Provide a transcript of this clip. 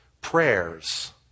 prayers